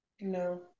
No